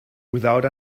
without